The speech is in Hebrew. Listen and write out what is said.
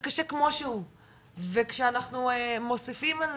זה קשה כמו שהוא וכשאנחנו מוסיפים על